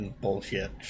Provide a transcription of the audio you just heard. bullshit